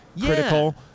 critical